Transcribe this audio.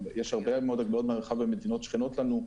יש הרבה מאוד הגבלות במרחב על מדינות שכנות לנו.